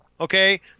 Okay